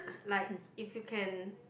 like if you can